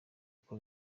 uko